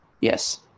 Yes